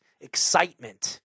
excitement